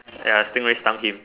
stingray sting him